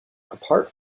apart